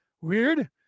Weird